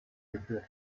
geführt